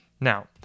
Now